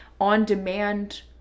on-demand